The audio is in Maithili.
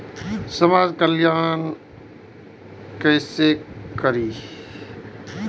समाज कल्याण केसे करी?